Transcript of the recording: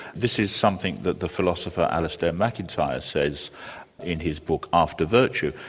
this is something that the philosopher alisdair macintyre says in his book, after virtue.